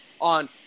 on